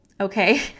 Okay